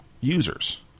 users